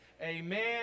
Amen